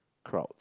crowd